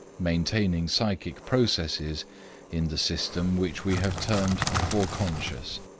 maintaining psychic processes in the system which we have termed the foreconscious.